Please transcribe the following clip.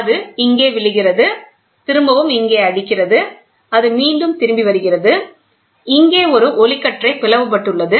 அது இங்கே விழுகிறது திரும்பவும் இங்கே அடிக்கிறது அது மீண்டும் திரும்பி வருகிறது இங்கே ஒரு ஒளிகற்றை பிளவுபட்டுள்ளது